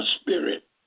spirit